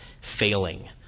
failing